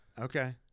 Okay